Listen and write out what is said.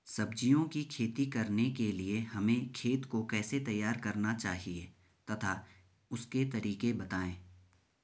सब्जियों की खेती करने के लिए हमें खेत को कैसे तैयार करना चाहिए तथा उसके तरीके बताएं?